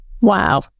Wow